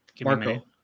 marco